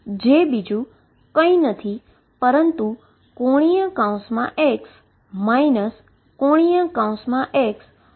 જે બીજુ કંઈ નથી પરંતુ ⟨x ⟨x⟩2⟩ છે